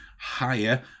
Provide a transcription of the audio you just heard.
higher